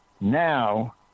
Now